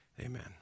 amen